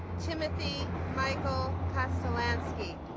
timothy michael kostolansky